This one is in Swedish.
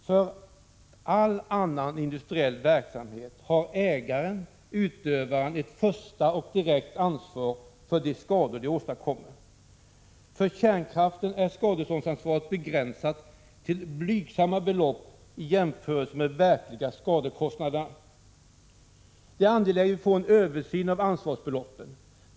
För all annan industriell verksamhet har ägare och utövare ett första och direkt ansvar för de skador de åstadkommer. För kärnkraften är skadeståndsansvaret begrän sat till blygsamma belopp i jämförelse med de verkliga skadekostnaderna. Det är angeläget att vi får en översyn av ansvarsbeloppen.